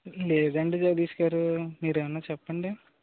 లేదు అండి జగదీష్ గారు మీరు ఏమైనా చెప్పండి